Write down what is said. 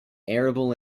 arable